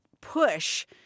push